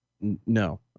No